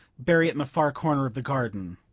bury it in the far corner of the garden,